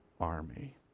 army